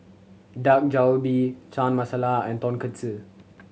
Dak Galbi Chana Masala and Tonkatsu